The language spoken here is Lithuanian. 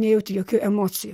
nejauti jokių emocijų